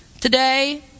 today